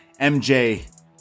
MJ